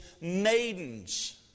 maidens